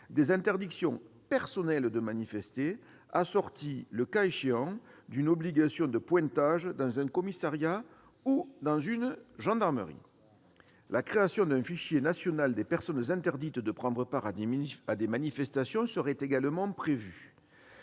des interdictions personnelles de manifester, assorties le cas échéant d'une obligation de pointage dans un commissariat ou une gendarmerie. La création d'un fichier national des personnes interdites de prendre part à des manifestations serait également prévue.